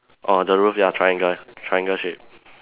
orh the roof ya triangle ah triangle shape